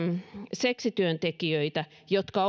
seksityöntekijöitä jotka